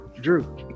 drew